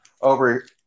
over